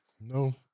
No